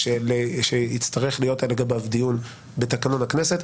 למה שיצטרך להיות לגביו דיון בתקנון הכנסת.